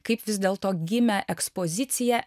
kaip vis dėlto gimė ekspozicija